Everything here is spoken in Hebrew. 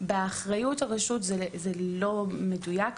באחריות הרשות זה לא מדויק.